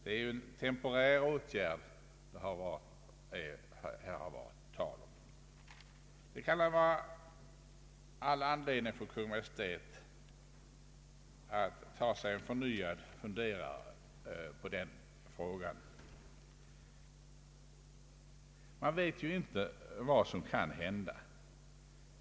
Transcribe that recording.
Det är en temporär åtgärd som det här varit tal om. Det kan väl vara anledning för Kungl. Maj:t att på nytt fundera på denna fråga. Man vet ju inte vad som kan hända.